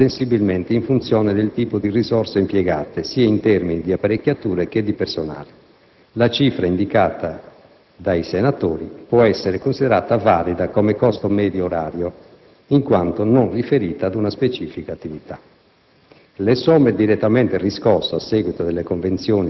Per le aziende produttrici di armamenti, i costi variano sensibilmente in funzione del tipo di risorse impiegate, sia in termini di apparecchiature che di personale; la cifra indicata dai senatori interroganti può essere considerata valida come costo medio orario, in quanto non riferita ad una specifica attività.